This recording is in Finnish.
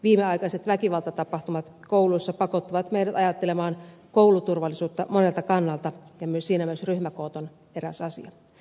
viimeaikaiset väkivaltatapahtumat kouluissa pakottavat meidät ajattelemaan kouluturvallisuutta monelta kannalta ja myös siinä mielessä ryhmäkoot on eräs asia